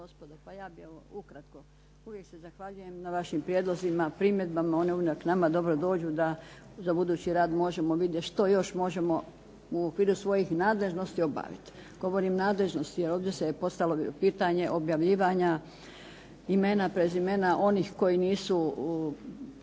Pa ja bih evo ukratko. Uvijek se zahvaljujem na vašim prijedlozima, primjedbama, one uvijek nama dobro dođu da za budući rad možemo vidjet što još možemo u okviru svojih nadležnosti obaviti. Govorim nadležnosti jer se ovdje se postavilo pitanje objavljivanja imena, prezimena onih koji nisu